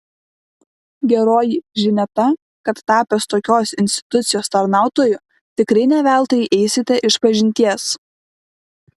geroji žinia ta kad tapęs tokios institucijos tarnautoju tikrai ne veltui eisite išpažinties